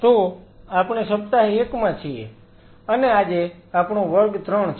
તો આપણે સપ્તાહ 1 માં છીએ અને આજે આપણો વર્ગ 3 છે